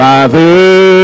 Father